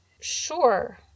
Sure